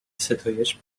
ستایش